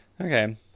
Okay